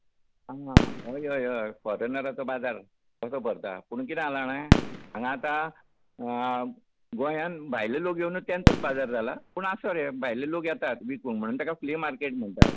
आं हय अय अय फोरेनरांचो बाजार कसो भरता पूण कितें आसा जाणां हांगा आतां गोंयांत भायलो लोक येवन तांचोच बाजार जाला पूण आसूं रे भायलो लोक येतात विकूंक म्हणून ताका फ्ली मार्केट म्हणटात